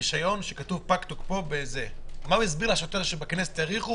רשיון שכתוב: פג תוקפו יסביר לשוטר שבכנסת האריכו?